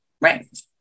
Right